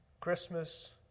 Christmas